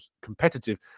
competitive